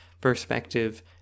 perspective